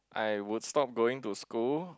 I would stop going to school